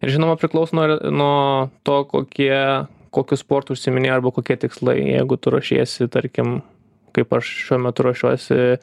ir žinoma priklauso nuo nuo to kokie kokiu sportu užsiiminėja arba kokie tikslai jeigu tu ruošiesi tarkim kaip aš šiuo metu ruošiuosi